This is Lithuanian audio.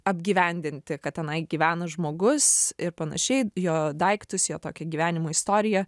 apgyvendinti kad tenai gyvena žmogus ir panašiai jo daiktus jo tokią gyvenimo istoriją